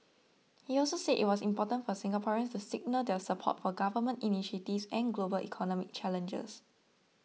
he also said it was important for Singaporeans to signal their support for government initiatives and global economic challenges